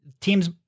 Team's